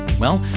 well,